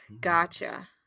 gotcha